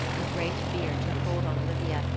a great fear took hold on olivia,